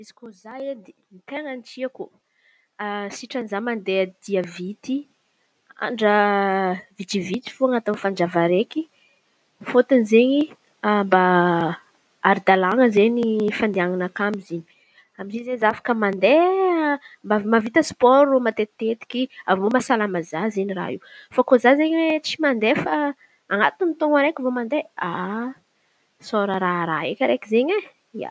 Izy koa za edy ten̈a tiako, sitrany za mandia dia vity andra vitsivitsy fô anaty fanjava raiky. Fôtony izen̈y mba ara-dalàna zey ny fandehan̈anakà amy izey za afaka mandeha mba mahavita sipôro matetitetiky avy eo mahsalama za izen̈y raha io. Fa kö za izen̈y tsy mande fa anaty tôna raiky vô mandeha sôra raharaha raiky izen̈y e.